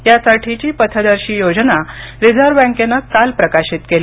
यासाठीची पथदर्शी योजना रिझर्व्ह बँकेनं काल प्रकाशित केली